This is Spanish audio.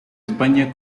españa